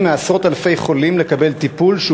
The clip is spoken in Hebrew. מעשרות-אלפי חולים לקבל טיפול בקנאביס רפואי,